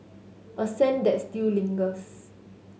a scent that still lingers